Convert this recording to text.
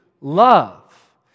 love